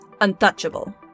untouchable